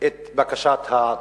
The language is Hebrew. את בקשת התושבים.